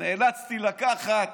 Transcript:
נאלצתי לקחת